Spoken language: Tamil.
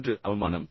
ஒன்று அவமானம்